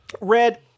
Red